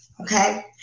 Okay